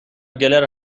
گلر